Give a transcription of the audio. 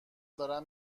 دارم